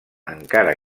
encara